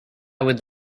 would